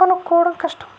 కనుక్కోడం కష్టం